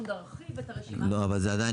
אנחנו נרחיב את הרשימה --- אבל זה עדיין